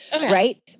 right